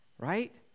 right